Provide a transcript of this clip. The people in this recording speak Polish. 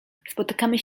spotykamy